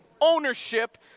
ownership